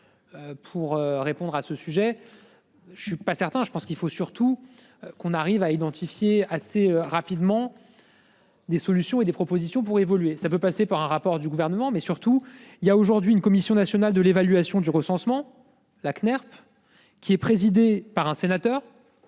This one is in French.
Pour répondre à ce sujet.-- Je ne suis pas certain, je pense qu'il faut surtout qu'on arrive à identifier assez rapidement. Des solutions et des propositions pour évoluer. Ça peut passer par un rapport du gouvernement mais surtout il y a aujourd'hui une commission nationale de l'évaluation du recensement là. Qui est présidé par un sénateur.